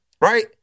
Right